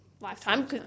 lifetime